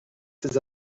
ces